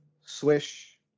swish